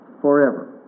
forever